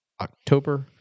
October